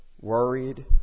worried